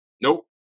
Nope